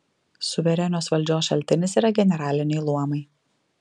suverenios valdžios šaltinis yra generaliniai luomai